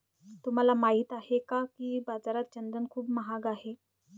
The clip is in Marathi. तुम्हाला माहित आहे का की बाजारात चंदन खूप महाग आहे?